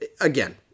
again